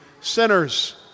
sinners